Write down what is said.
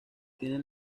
tiene